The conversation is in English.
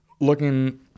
looking